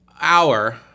hour